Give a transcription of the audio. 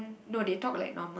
no they talk like normal